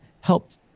helped